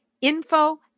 info